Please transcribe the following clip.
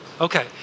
Okay